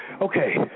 okay